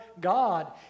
God